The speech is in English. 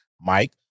Mike